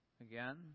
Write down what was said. again